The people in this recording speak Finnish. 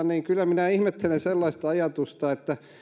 niin kyllä minä ihmettelen sellaista ajatusta että